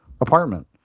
apartment